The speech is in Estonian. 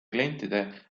klientide